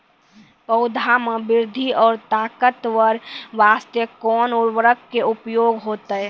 पौधा मे बृद्धि और ताकतवर बास्ते कोन उर्वरक के उपयोग होतै?